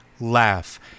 laugh